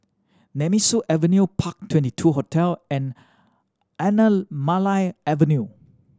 Nemesu Avenue Park Twenty two Hotel and Anamalai Avenue